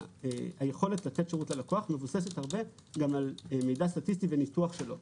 והיכולת לתת שירות ללקוח מבוססת הרבה גם על מידע סטטיסטי וניתוח שלו.